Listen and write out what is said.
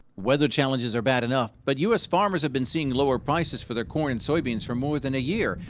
weather challenges are bad enough, but u s. farmers have been seeing lower prices for their corn and soybeans for more than a year,